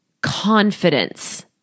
confidence